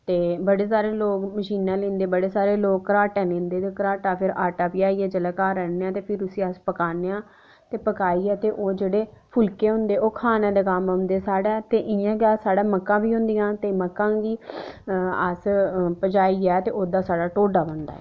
ते बड़े सारे लोक मशीना बड़े सारे लोक घराटै लेंदे घराट दा फ्ही आटा प्याहियै जेल्लै घर आह्नने आं ते फिरी उसी अस पकानेआं पकाइयै ओह् जेह्ड़े फुल्के होंदे ओह् खाने दे कम्म औंदे साढ़ै ते इयां गै साढ़ै मक्कां बी होंदियां ते मक्कां बी अस पजाइयै ओह्दा साढ़ै टोढ़ा बनदा ऐ